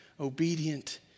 obedient